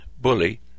bully